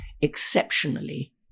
exceptionally